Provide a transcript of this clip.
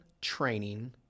training